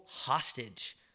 hostage